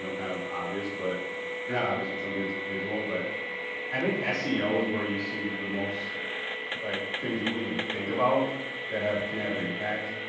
so kind of obvious but or not obvious with something that's visual. but i think seo is where you see the most like things you wouldn't even think about that have, can have an impact.